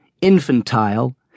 infantile